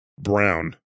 brown